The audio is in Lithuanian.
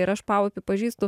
ir aš paupį pažįstu